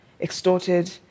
extorted